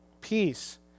peace